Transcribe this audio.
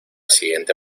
siguiente